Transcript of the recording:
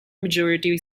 majority